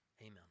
amen